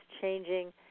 changing